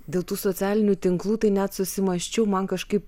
dėl tų socialinių tinklų tai net susimąsčiau man kažkaip